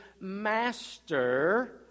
master